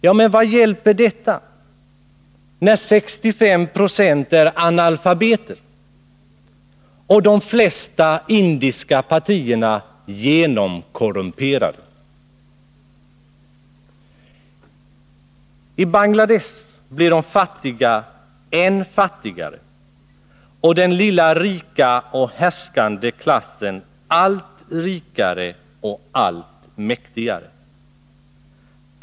Ja, men vad hjälper detta, när 65 26 av befolkningen är analfabeter och de flesta av de indiska partierna genomkorrumperade? I Bangladesh blir de fattiga än fattigare och den lilla rika och härskande klassen allt rikare och allt mäktigare.